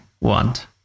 want